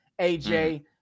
aj